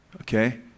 Okay